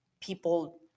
people